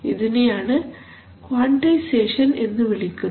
ഇതിനെയാണ് ക്വാൺടൈസേഷൻ എന്ന് വിളിക്കുന്നത്